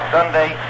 Sunday